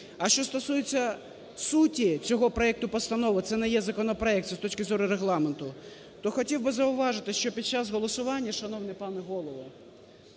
А що стосується суті цього проекту постанови, це не є законопроект, це з точки зору Регламенту, то хотів би зауважити, що під час голосування, шановний пане Голово,